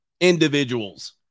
individuals